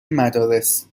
مدارس